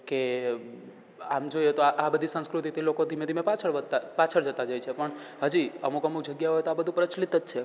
કે આમ જોઈએ તો આ આ બધી સંસ્કૃતિથી લોકો ધીમે ધીમે પાછળ વધતાં પાછળ જતાં જાય છે પણ હજી અમુક અમુક જગ્યાઓએ તો આ બધું પ્રચલિત જ છે